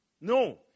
No